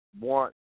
want